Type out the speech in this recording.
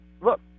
look